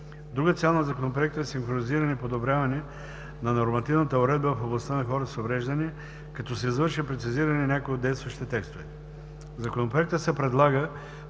Друга цел на Законопроекта е синхронизиране и подобряване на нормативната уредба в областта на хората с увреждания, като се извърши прецизиране на някои от действащите текстове. В Законопроекта се предлага